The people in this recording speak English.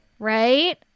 Right